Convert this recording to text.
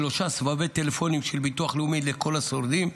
שלושה סבבי טלפונים של ביטוח לאומי לכל השורדים,